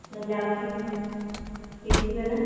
सजावटी पेटी वाला